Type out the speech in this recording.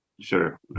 sure